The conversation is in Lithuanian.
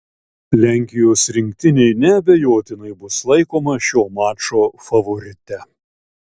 lenkijos rinktinė neabejotinai bus laikoma šio mačo favorite